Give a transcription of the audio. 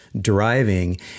driving